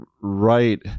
right